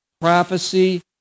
prophecy